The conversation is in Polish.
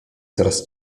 coraz